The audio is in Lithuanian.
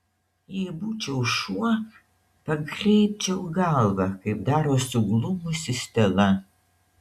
jei būčiau šuo pakreipčiau galvą kaip daro suglumusi stela